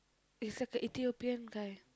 is like an Ethiopian guy